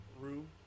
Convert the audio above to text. room